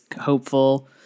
hopeful